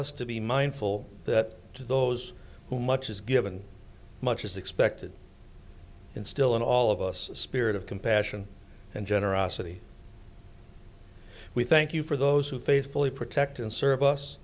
us to be mindful that to those whom much is given much is expected instill in all of us a spirit of compassion and generosity we thank you for those who faithfully protect and serv